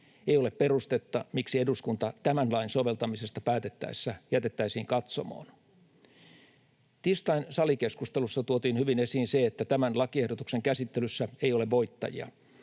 Ei ole perustetta, miksi eduskunta tämän lain soveltamisesta päätettäessä jätettäisiin katsomoon. Tiistain salikeskustelussa tuotiin hyvin esiin se, että tämän lakiehdotuksen käsittelyssä ei ole voittajia.